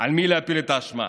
על מי להפיל את האשמה.